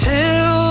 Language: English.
Till